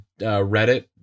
Reddit